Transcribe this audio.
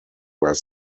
where